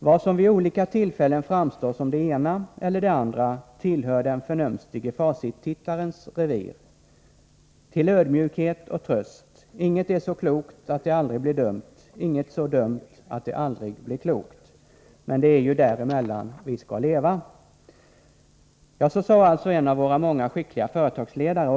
Vad som vid olika tillfällen framstår som det ena eller andra tillhör den förnumstige facittittarens revir. Till ödmjukhet och tröst: inget är så klokt att det aldrig blir dumt, inget så dumt att det aldrig blir klokt. Men det är ju däremellan vi ska leva.” Så sade alltså en av våra många skickliga företagsledare.